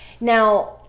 Now